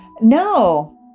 No